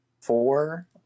four